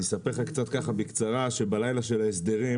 אני אספר לך קצת ככה בקצרה שבלילה של ההסדרים,